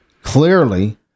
Clearly